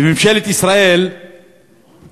וממשלת ישראל והקואליציה,